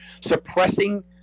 suppressing